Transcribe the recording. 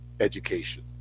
Education